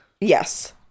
Yes